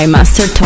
Master